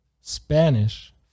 Spanish